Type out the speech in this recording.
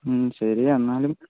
മ് ശരിയാണ് എന്നാലും